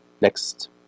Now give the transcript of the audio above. next